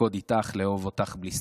לרקוד איתך, לאהוב אותך בלי סטופר,